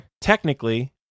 technically